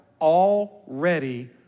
already